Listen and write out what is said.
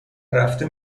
رفته